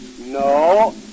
No